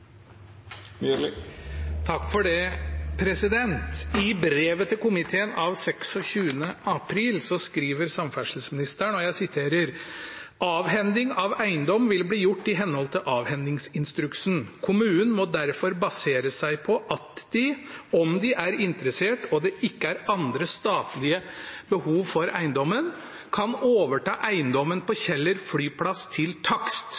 Det vert replikkordskifte. I brevet til komiteen av 26. april skriver samferdselsministeren: «Avhending av eiendom vil bli gjort i henhold til avhendingsinstruksen. Kommunen må derfor basere seg på at de, om de er interessert og det ikke er andre statlige behov for eiendommen, kan overta eiendom på Kjeller flyplass til takst.